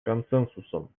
консенсусом